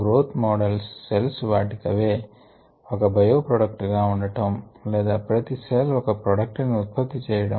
growth models cells వాటికవే ఒక byproduct గా ఉండటం లేదా ప్రతి సెల్ ఒక ప్రోడక్ట్ ని ఉత్పత్తి చేయడం